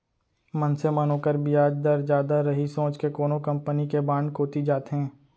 मनसे मन ओकर बियाज दर जादा रही सोच के कोनो कंपनी के बांड कोती जाथें